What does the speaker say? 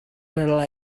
little